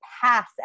pass